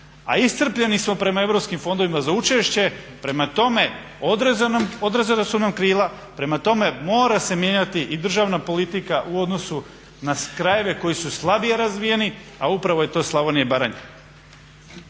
A iscrpljeni smo prema Europskim fondovima za učešće. Prema tome, odrezana su nam krila. Prema tome, mora se mijenjati i državna politika u odnosu na krajeve koji su slabije razvijeni a upravo je to Slavonija i Baranja.